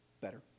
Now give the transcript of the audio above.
better